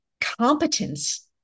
competence